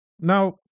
Now